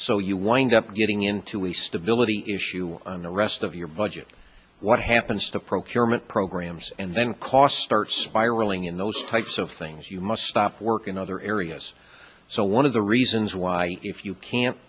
so you wind up getting into a stability issue on the rest of your budget what happens to procurement programs and then cost starts by reeling in those types of things you must stop work in other areas so one of the reasons why if you can't